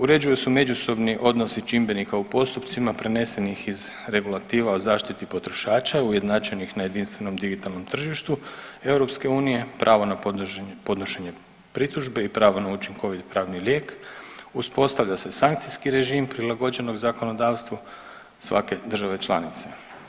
Uređuju se međusobni odnosi čimbenika u postupcima prenesenih iz regulativa o zaštiti potrošača ujednačenih na jedinstvenom digitalnom tržištu EU, pravo na podnošenje pritužbe i pravo na učinkovit pravni lijek, uspostavlja se sankcijski režim prilagođenog zakonodavstvo svake države članice.